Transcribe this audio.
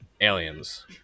aliens